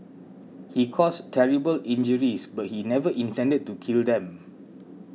he caused terrible injuries but he never intended to kill them